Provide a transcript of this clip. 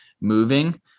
moving